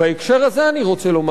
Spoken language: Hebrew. בהקשר הזה אני רוצה לומר,